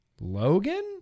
Logan